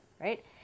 right